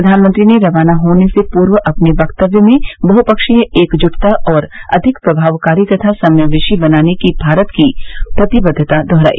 प्रधानमंत्री ने रवाना होने से पूर्व अपने वक्तव्य में बहपक्षीय एकजुटता को और अधिक प्रभावकारी तथा समावेशी बनाने की भारत की प्रतिबद्वता दुहराई